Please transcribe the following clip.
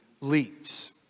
leaves